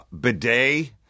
bidet